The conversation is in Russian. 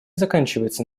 заканчивается